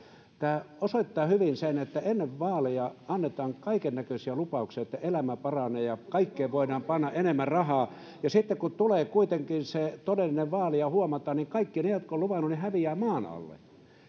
tämä osoittaa hyvin sen että kun ennen vaaleja annetaan kaikennäköisiä lupauksia että elämä paranee ja kaikkeen voidaan panna enemmän rahaa niin sitten kun tulee kuitenkin se todellinen vaali niin huomataan että kaikki ne jotka ovat luvanneet häviävät maan alle